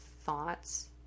thoughts